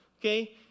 Okay